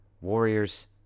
Warriors